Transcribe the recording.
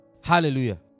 Hallelujah